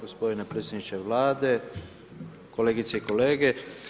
Gospodine predsjedniče Vlade, kolegice i kolege.